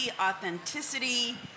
authenticity